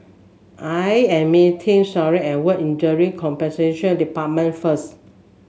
I am meeting Shania at Work Injury Compensation Department first